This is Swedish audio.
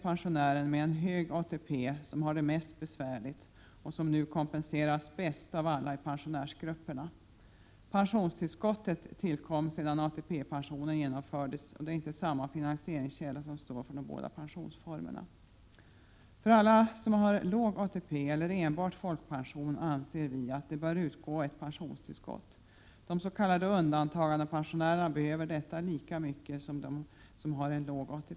Pensionären med en hög ATP har det inte mest besvärligt, men kompenseras nu bäst av alla i pensionärsgrupperna. Pensionstillskottet tillkom sedan ATP-pensionen genomförts, och de båda pensionsformerna har inte samma finansieringskälla. För alla som har låg ATP eller enbart folkpension anser vi att det bör utgå ett pensionstillskott. De s.k. undantagandepensionärerna behöver detta lika mycket som de som har en låg ATP.